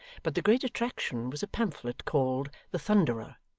but the great attraction was a pamphlet called the thunderer,